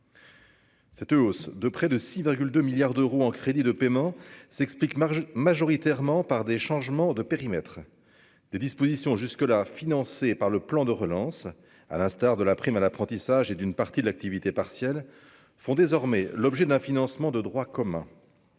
Cette hausse de près de 6,2 milliards d'euros en crédits de paiement s'explique marge majoritairement par des changements de périmètres des dispositions jusque là financés par le plan de relance, à l'instar de la prime à l'apprentissage et d'une partie de l'activité partielle, font désormais l'objet d'un financement de droit commun,